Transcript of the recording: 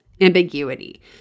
ambiguity